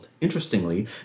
Interestingly